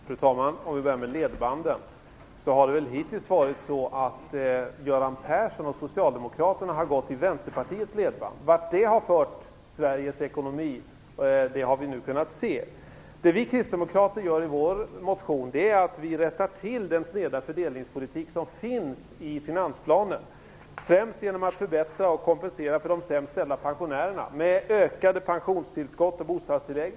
Fru talman! När det till att börja med gäller ledbanden har det väl hittills varit så att Göran Persson och socialdemokraterna har gått i Vänsterpartiets ledband. Vart det har fört Sveriges ekonomi har vi nu kunnat se. Det vi kristdemokrater gör i vår motion är att vi rättar till den sneda fördelningspolitik som finns i finansplanen. Och det gör vi främst genom att vi vill förbättra för och kompensera de sämst ställda pensionärerna med ökade pensionstillskott och bostadstillägg.